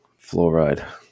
fluoride